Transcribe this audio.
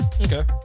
Okay